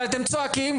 אתם צועקים,